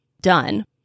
done